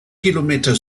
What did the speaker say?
kilometer